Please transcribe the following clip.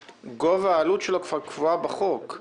גובה העלות של ההסכם כבר קבועה בחוק,